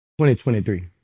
2023